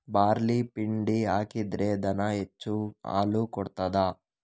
Barley ಪಿಂಡಿ ಹಾಕಿದ್ರೆ ದನ ಹೆಚ್ಚು ಹಾಲು ಕೊಡ್ತಾದ?